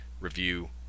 review